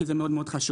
כי זה מאוד מאוד חשוב.